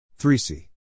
3c